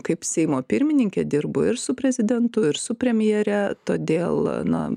kaip seimo pirmininkė dirbu ir su prezidentu ir su premjere todėl na